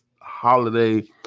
holiday